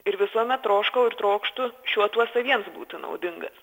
ir visuomet troškau ir trokštu šiuo tuo saviems būti naudingas